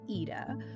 Ida